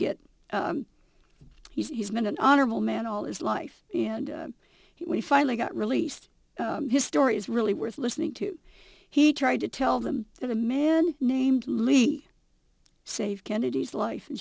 get he's been an honorable man all his life and he finally got released his story is really worth listening to he tried to tell them that a man named lee saved kennedy's life in